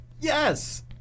Yes